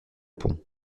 pont